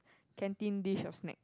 canteen dish or snack